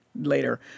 later